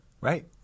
Right